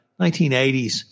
1980s